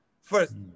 first